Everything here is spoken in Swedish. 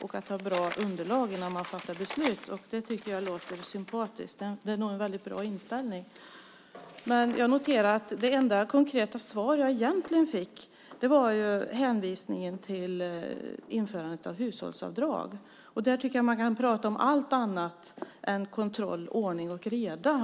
och om att ha bra underlag innan man fattar beslut. Det tycker jag låter sympatiskt. Det är nog en väldigt bra inställning. Men jag noterar att det enda konkreta svar som jag egentligen fick var hänvisningen till införandet av hushållsavdrag. Där tycker jag att man kan prata om allt annat än kontroll och ordning och reda.